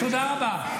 תודה רבה.